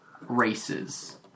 races